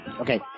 Okay